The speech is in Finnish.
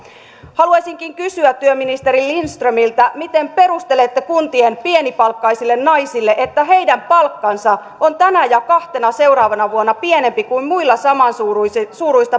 haluaisinkin kysyä työministeri lindströmiltä miten perustelette kuntien pienipalkkaisille naisille että heidän palkkansa on tänä ja kahtena seuraavana vuonna pienempi kuin muilla samansuuruista